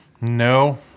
no